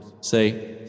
Say